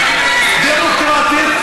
דמוקרטית,